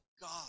God